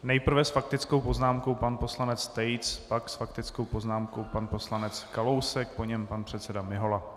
Nejprve s faktickou poznámkou pan poslanec Tejc, pak s faktickou poznámkou pan poslanec Kalousek, po něm pan předseda Mihola.